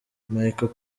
micheal